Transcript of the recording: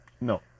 No